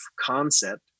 concept